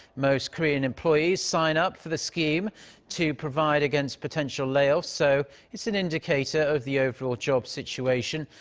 most korean employees sign up for the scheme to provide against potential layoffs, so it's an indicator of the overall job situation.